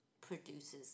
produces